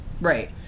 Right